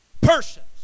persons